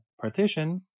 partition